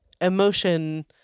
emotion